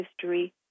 history